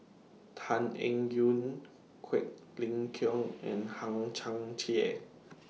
Tan Eng Yoon Quek Ling Kiong and Hang Chang Chieh